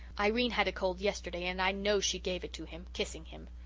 irene had a cold yesterday and i know she gave it to him, kissing him.